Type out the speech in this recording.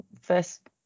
first